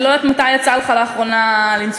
אני לא יודעת מתי יצא לך לאחרונה לנסוע